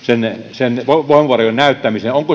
sen voimavarojen näyttämiseen